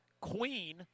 Queen